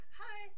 hi